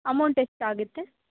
amount ಎಷ್ತು ಆಗುತ್ತೆ